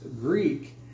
Greek